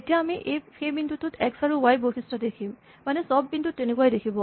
এতিয়া আমি সেই বিন্দুটোত এক্স আৰু ৱাই বৈশিষ্ট দেখিম মানে চব বিন্দু তেনেকুৱাই দেখিব